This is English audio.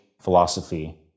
philosophy